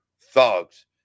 thugs